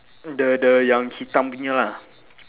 the the yang hitam punya lah